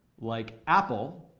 like apple,